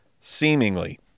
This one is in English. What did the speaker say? seemingly